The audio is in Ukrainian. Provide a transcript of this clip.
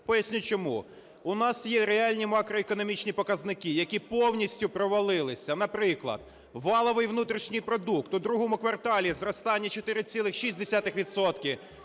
Поясню чому. У нас є реальні макроекономічні показники, які повністю провалилися. Наприклад, валовий внутрішній продукт у другому кварталі зростання – 4,6